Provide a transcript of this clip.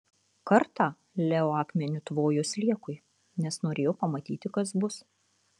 kartą leo akmeniu tvojo sliekui nes norėjo pamatyti kas bus